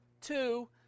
Two